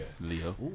Leo